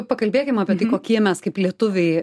pakalbėkim apie kokie mes kaip lietuviai